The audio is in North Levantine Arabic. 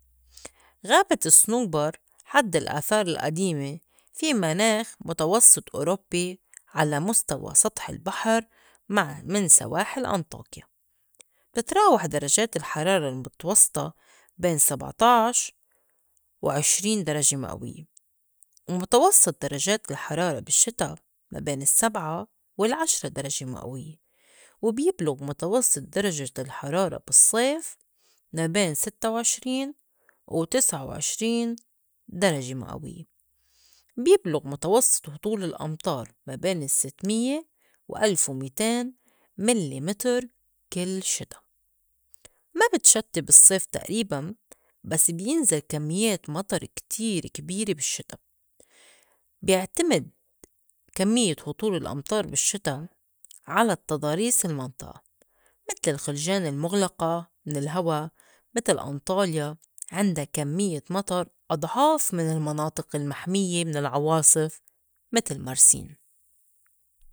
غابة الصنوْبر حد الآثار القديمة في مناخ متوسّط أوروبّي على مُستوى سطْح البحر مع من سواحل أنطاكيا. تتراوح درجات الحرارة المتوسْطة بين سبع طاعش وعشرين درجة مِئويّة، ومتوسّط درجات الحرارة بالشِّتا ما بين السّبعة والعشرة درجة مِئويّة، وبيبلُغ متوسّط درجة الحرارة بالصّيف ما بين ستّ وعشرين وتسعة وعشرين درجة مِئويّة. بيبلُغ متوسّط هطول الأمطار ما بين ستميه وألف وميتين مِلِّ مِتِر كل شِتا، ما بتشتّي بالصّيف تقريباً بس بينزل كميّات مطر كتير كبيرة بالشّتا، بيعتمد كميّة هطول الأمطار بالشّتا على التضاريس المنطقة متل الخُلْجان المُغلقة من الهوا متل أنطاليا عِندا كميّة مطر أضعاف من المناطق المحميّة من العواصف متل مرسين.